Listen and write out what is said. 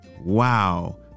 Wow